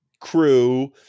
crew